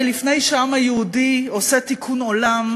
הרי לפני שהעם היהודי עושה תיקון עולם,